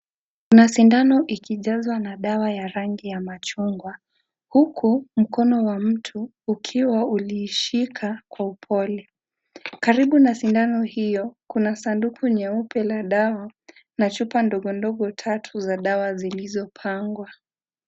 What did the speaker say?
Masindano ikijazwa na Sawa ya machungwa huku mkono wa mtu ukiwa uliishika Kwa upole, karibu na sindano hiyo kuna sanduku nyeupe la dawa na chupa ndogo ndogo tatu za dawa zilizopangwa.